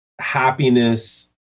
happiness